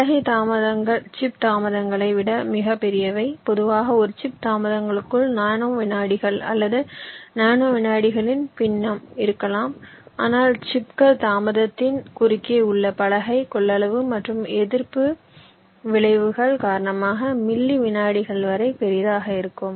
பலகை தாமதங்கள் சிப் தாமதங்களை விட மிகப் பெரியவை பொதுவாக ஒரு சிப் தாமதங்களுக்குள் நானோ விநாடிகள் அல்லது நானோ விநாடிகளின் பின்னம் இருக்கலாம் ஆனால் சிப்கள் தாமதத்தின் குறுக்கே உள்ள பலகை கொள்ளளவு மற்றும் எதிர்ப்பு விளைவுகள் காரணமாக மில்லி விநாடிகள் வரை பெரியதாக இருக்கும்